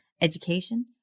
education